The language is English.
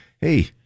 Hey